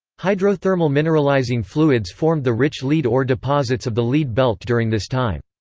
hydrothermal mineralizing fluids formed the rich lead ore deposits of the lead belt during this time.